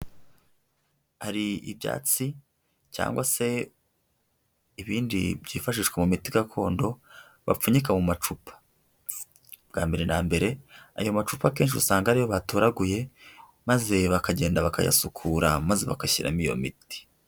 Hari ibyatsi cyangwa se ibindi byifashishwa mu miti gakondo bapfunyika mu macupa. Bwa mbere na mbere, ayo macupa akenshi usanga ari ayo batoraguye, maze bakagenda bakayasukura maze bagashyiramo iyo miti.